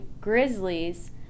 Grizzlies